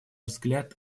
взгляд